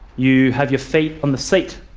you have your feet on the seat.